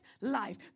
life